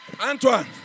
Antoine